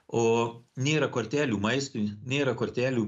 o nėra kortelių maistui nėra kortelių